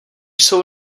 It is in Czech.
jsou